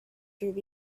through